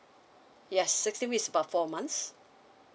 yes sixteen weeks is about four months